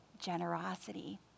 generosity